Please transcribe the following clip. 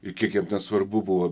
ir jiem ten svarbu buvo